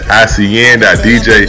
icn.dj